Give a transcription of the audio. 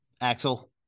Axel